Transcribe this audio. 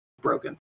broken